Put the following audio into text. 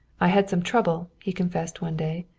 i had some trouble, he confessed one day.